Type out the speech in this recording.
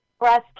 breast